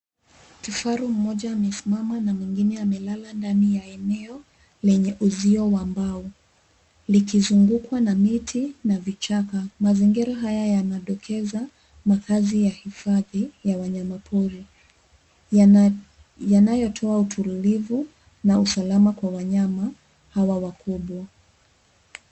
Kifaru mmoja amesimama na mwingine amelala ndani ya eneo lenye uzio wa mbao likuzungukwa na miti na vichaka. Mazingira haya yanadokeza makazi ya hifadhi ya wanyama pori ,yanayotoa utulivu na usalama kwa wanyama hawa wakubwa.